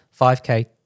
5K